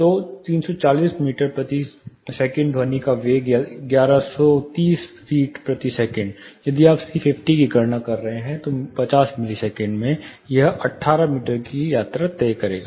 तो 340 मीटर प्रति सेकंड ध्वनि का वेग या 1130 फीट प्रति सेकंड यदि आप c50 की गणना कर रहे हैं तो 50 मिलीसेकंड में यह 18 मीटर की यात्रा करेगा